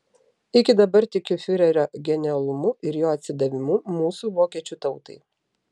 iki dabar tikiu fiurerio genialumu ir jo atsidavimu mūsų vokiečių tautai